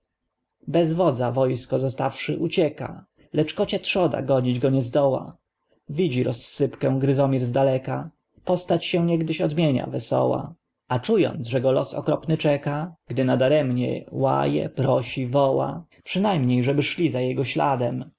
bez wodza wojsko zostawszy ucieka lecz kocia trzoda gonić go nie zdoła widzi rozsypkę gryzomir zdaleka postać się niegdyś odmienia wesoła a czując że go los okropny czeka gdy nadaremnie łaje prosi woła przynajmniej żeby szli za jego śladem